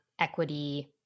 equity